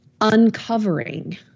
uncovering